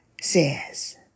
says